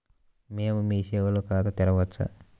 మేము మీ సేవలో ఖాతా తెరవవచ్చా?